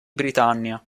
britannia